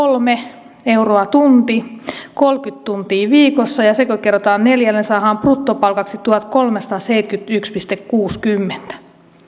pilkku neljäkymmentäkolme euroa tunnissa kolmekymmentä tuntia viikossa niin se kun kerrotaan neljällä niin saadaan bruttopalkaksi tuhatkolmesataaseitsemänkymmentäyksi pilkku kuusikymmentä